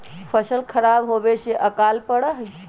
फसल खराब होवे से अकाल पडड़ा हई